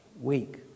week